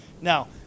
Now